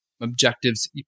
Objectives